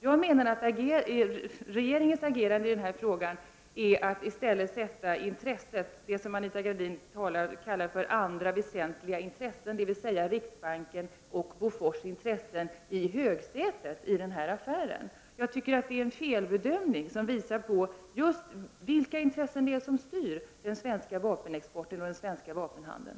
Jag menar att regeringens agerande i den här affären består i att sätta det som Anita Gradin kallar för andra väsentliga intressen — dvs. riksbankens och Bofors intressen — i högsätet. Jag tycker att man gör en felbedömning. Det här visar just vilka intressen det är som styr den svenska vapenexporten och den svenska vapenhandeln.